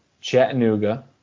Chattanooga